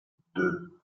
deux